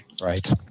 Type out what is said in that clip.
Right